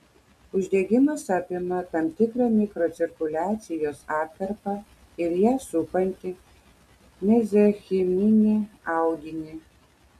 uždegimas apima tam tikrą mikrocirkuliacijos atkarpą ir ją supantį mezenchiminį audinį